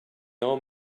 old